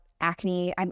acne